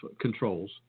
controls